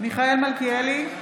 מיכאל מלכיאלי,